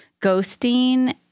ghosting